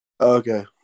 Okay